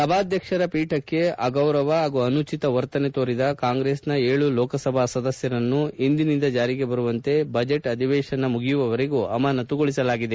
ಸಭಾಧ್ಯಕ್ಷರ ಪೀಠಕ್ಕೆ ಅಗೌರವ ಹಾಗೂ ಅನುಚಿತ ವರ್ತನೆ ತೋರಿದ ಕಾಂಗ್ರೆಸ್ನ ಏಳು ಲೋಕಸಭಾ ಸದಸ್ನರನ್ನು ಇಂದಿನಿಂದ ಜಾರಿಗೆ ಬರುವಂತೆ ಬಜೆಟ್ ಅಧಿವೇಶನ ಮುಗಿಯುವವರೆಗೂ ಅಮಾನತುಗೊಳಿಸಲಾಗಿದೆ